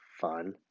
fun